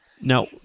Now